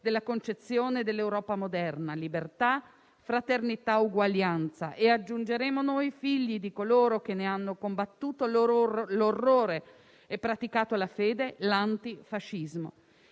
della concezione dell'Europa moderna: libertà, fraternità, uguaglianza. E - aggiungeremo noi - sono figli di coloro che ne hanno combattuto l'orrore e praticato la fede: l'antifascismo.